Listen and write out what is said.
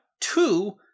two